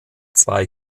zwei